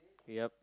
yup